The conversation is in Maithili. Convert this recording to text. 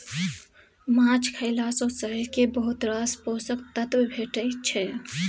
माछ खएला सँ शरीर केँ बहुत रास पोषक तत्व भेटै छै